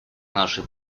нашей